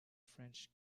french